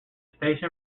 station